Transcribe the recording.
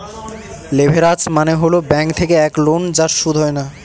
leverage মানে হল bank থেকে এক লোন যার সুদ হয় না